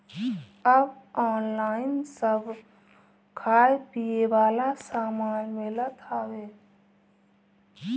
अब ऑनलाइन सब खाए पिए वाला सामान मिलत हवे